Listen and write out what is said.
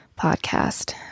podcast